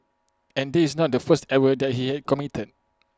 and this is not the first error that he had committed